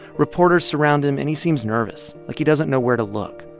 reporters surround him, and he seems nervous, like he doesn't know where to look.